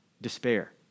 Despair